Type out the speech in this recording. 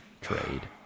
trade